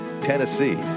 Tennessee